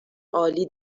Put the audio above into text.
عالی